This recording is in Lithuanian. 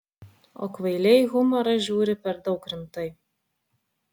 o kvailiai į humorą žiūri per daug rimtai